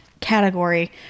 category